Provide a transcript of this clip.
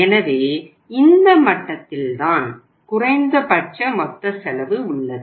எனவே இந்த மட்டத்தில் தான் குறைந்தபட்ச மொத்த செலவு உள்ளது